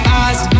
eyes